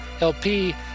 LP